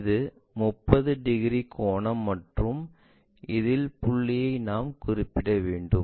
இது 30 டிகிரி கோணம் மற்றும் இதில் புள்ளியை நாம் குறிப்பிட வேண்டும்